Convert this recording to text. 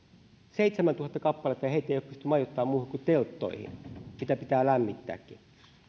seitsemäntuhatta kappaletta ja heitä ei ole pystytty majoittamaan muualle kuin telttoihin joita pitää lämmittääkin